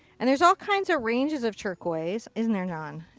and there's all kinds of ranges of turquoise isn't there john.